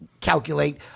calculate